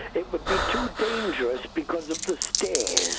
it would be too dangerous because of the stairs.